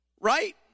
Right